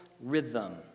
rhythm